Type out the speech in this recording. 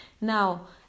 Now